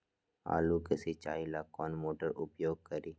आलू के सिंचाई ला कौन मोटर उपयोग करी?